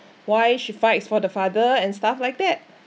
why she fights for the father and stuff like that